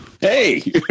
Hey